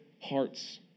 hearts